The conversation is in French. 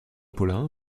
paulin